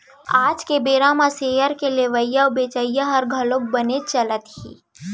आज के बेरा म सेयर के लेवई अउ बेचई हर घलौक बनेच चलत हे